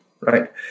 right